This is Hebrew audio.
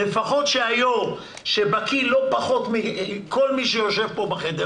שהיו"ר שבקי לא פחות מכל מי שיושב פה בחדר